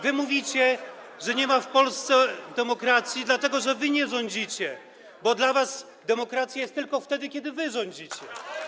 Wy mówicie, że nie ma w Polsce demokracji, dlatego że wy nie rządzicie, bo dla was demokracja jest tylko wtedy, kiedy wy rządzicie.